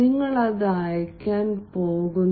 നിങ്ങൾ അത് അയയ്ക്കാൻ പോകുന്നു